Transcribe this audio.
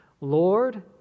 Lord